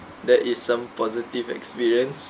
that is some positive experience